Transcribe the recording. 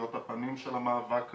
להיות הפנים של המאבק הזה,